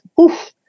oof